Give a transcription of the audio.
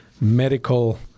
medical